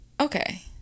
okay